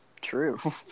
true